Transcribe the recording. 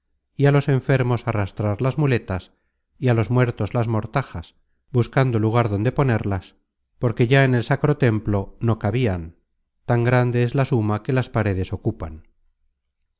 y á los enfermos arrastrar las muletas y á los muertos mortajas buscando lugar donde ponerlas porque ya en el sacro templo no cabian tan grande es la suma que las paredes ocupan